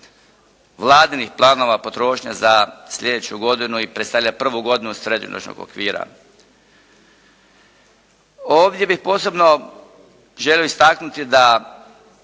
vladinih planova potrošnje za slijedeću godinu i predstavlja prvu godinu srednjoročnog okvira. Ovdje bih posebno želio istaknuti da